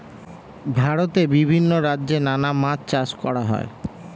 ভারতে বিভিন্ন রাজ্যে নানা মাছ চাষ করা হয়